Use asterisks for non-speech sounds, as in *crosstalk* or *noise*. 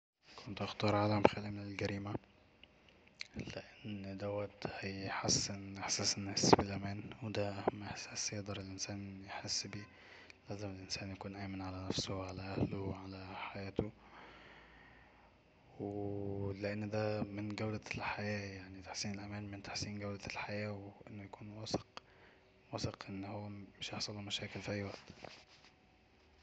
كنت هختار عالم خالي من الجريمة لأن دوت هيزود احساس الناس بالامان ودا أهم احساس يقدر الانسان يحس بيه لازم الانسان يكون آمن على نفسه وعلى اهله وعلى حياته و *hesitation* لان دا من جودة الحياة يعني تحسين الامان من تحسين جودة الحياة وانه يكون واثق واثق ان مش هيحصله مشاكل في اي وقت